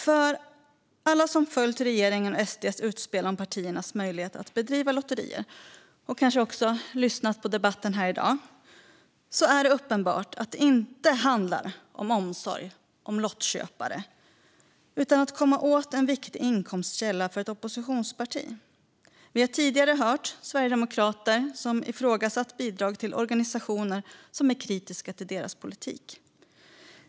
För alla som har följt regeringens och SD:s utspel om partiers möjlighet att bedriva lotterier och som kanske har lyssnat på debatten här i dag är det uppenbart att det inte handlar om omsorg om lottköpare utan om att komma åt en viktig inkomstkälla för ett oppositionsparti. Vi har tidigare hört sverigedemokrater som har ifrågasatt bidrag till organisationer som är kritiska till deras politik.